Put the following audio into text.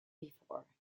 before